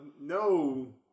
No